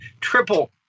triple